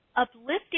uplifting